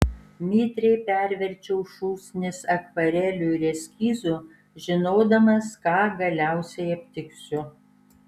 mitriai perverčiau šūsnis akvarelių ir eskizų žinodamas ką galiausiai aptiksiu